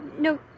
no